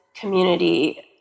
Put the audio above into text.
community